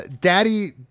daddy